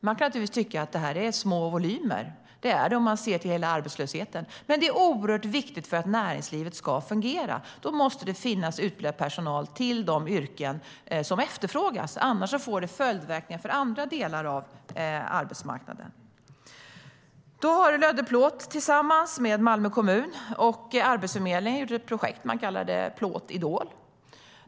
Man kan naturligtvis tycka att det är små volymer. Det är det om man ser till hela arbetslösheten, men för att näringslivet ska fungera är det oerhört viktigt att det finns utbildad personal till de yrken som efterfrågas. Annars får det följdverkningar för andra delar av arbetsmarknaden. Lödde Plåt har tillsammans med Malmö kommun och Arbetsförmedlingen startat ett projekt som de kallar Plåt Idol.